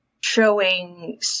showing